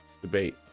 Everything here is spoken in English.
debate